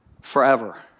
forever